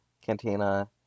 cantina